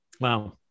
Wow